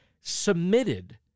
submitted